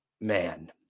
Man